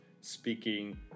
speaking